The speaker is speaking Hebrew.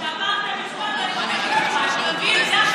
שאמרת משפט ואני מוחאת כפיים.